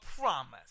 promise